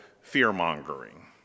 fear-mongering